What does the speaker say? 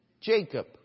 Jacob